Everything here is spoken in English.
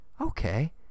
okay